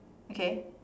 okay